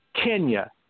Kenya